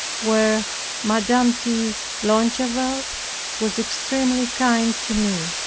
where madame de longueville was extremely kind to me.